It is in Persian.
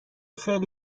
خیلی